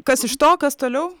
kas iš to kas toliau